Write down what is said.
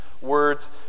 words